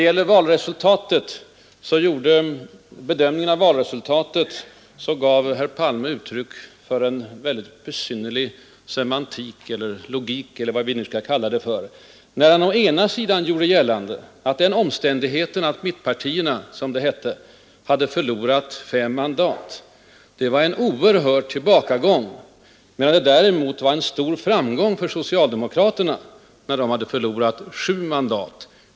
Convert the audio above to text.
I sin bedömning av valresultatet gav herr Palme uttryck för en mycket besynnerlig logik när han å ena sidan gjorde gällande att den omständigheten att mittpartierna förlorat fem mandat var en ”oerhörd tillbakagång” medan det däremot var en ”stor framgång” när socialdemokraterna hade förlorat sju mandat.